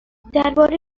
درباره